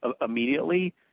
immediately